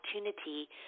opportunity